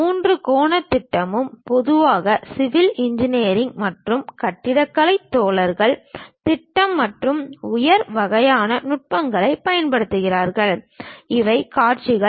மூன்றாம் கோணத் திட்டமும் பொதுவாக சிவில் இன்ஜினியர்கள் மற்றும் கட்டிடக்கலை தோழர்கள் திட்டம் மற்றும் உயர வகையான நுட்பங்களைப் பயன்படுத்துகிறார்கள் இவை காட்சிகள்